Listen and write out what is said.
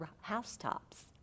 housetops